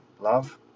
love